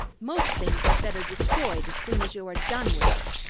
most things are better destroyed as soon as you are done with them.